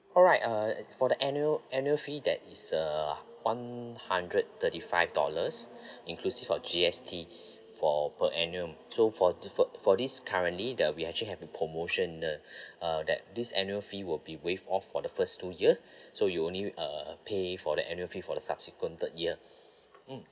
alright uh for the annual annual fee that is uh one hundred thirty five dollars inclusive of g s t for per annum so for this~ for for this currently there'll be actually have a promotion uh uh that this annual fee will be waived off for the first two year so you only uh pay for the annual fee for the subsequent third year mm